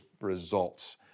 results